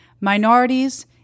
minorities